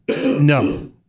No